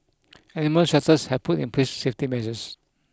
animal shelters have put in place safety measures